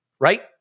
right